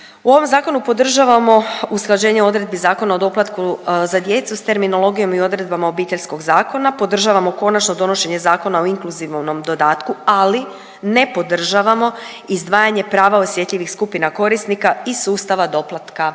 U ovom zakonu podržavamo usklađenje odredbi Zakona o doplatku za djecu s terminologijom i odredbama Obiteljskog zakona, podržavamo konačno donošenje Zakona o inkluzivnom dodatku, ali ne podržavamo izdvajanje prava osjetljivih skupina korisnika iz sustava doplatka